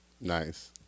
Nice